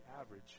average